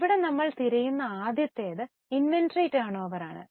ഇവിടെ നമ്മൾ തിരയുന്ന ആദ്യത്തേത് ഇൻവെന്ററി ടേൺഓവർ ആണ്